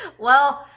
well,